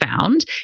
found